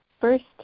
first